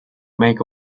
make